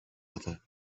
other